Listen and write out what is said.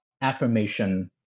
affirmation